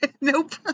Nope